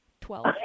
Twelve